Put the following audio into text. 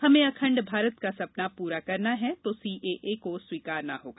हमें अखंड भारत का सपना पूरा करना है तो सीएए को स्वीकारना होगा